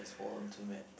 fall onto maths